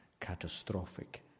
catastrophic